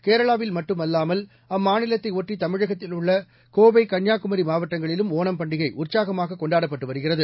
கேரளாவில் மட்டுமல்லாமல் அம்மாநிலத்தை ஒட்டி தமிழகத்தில் உள்ள கோவை கன்னியாகுமரி மாவட்டங்களிலும் ஒணம் பண்டிகை உற்சாகமாக கொண்டாடப்பட்டு வருகிறது